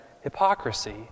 hypocrisy